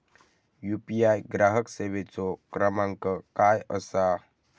UPI ग्राहक सेवेचो क्रमांक काय असा?